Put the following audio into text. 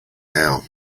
now